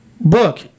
book